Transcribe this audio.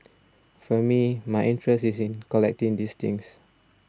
for me my interest is in collecting these things